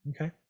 Okay